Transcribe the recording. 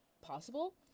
possible